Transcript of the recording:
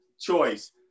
choice